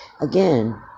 again